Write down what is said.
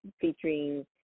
featuring